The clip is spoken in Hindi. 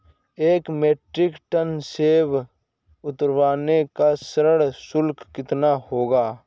एक मीट्रिक टन सेव उतारने का श्रम शुल्क कितना होगा?